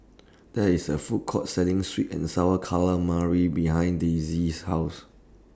There IS A Food Court Selling Sweet and Sour Calamari behind Daisey's House